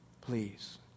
Please